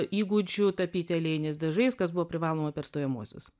įgūdžių tapyti aliejiniais dažais kas buvo privaloma per stojamuosius